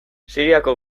siriako